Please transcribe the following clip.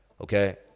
okay